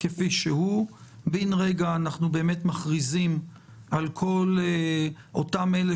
י שהוא אז בן רגע אנחנו מכריזים שכל אותם אלה